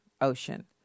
ocean